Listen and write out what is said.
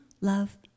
love